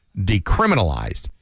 decriminalized